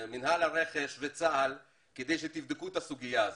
מינהל הרכש וצה"ל, כדי שתבדקו את הסוגיה הזאת.